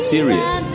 Serious